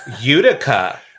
utica